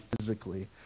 physically